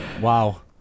Wow